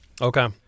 okay